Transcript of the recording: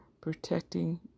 protecting